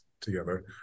together